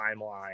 timeline